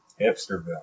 Hipsterville